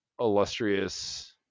illustrious